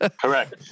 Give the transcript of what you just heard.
Correct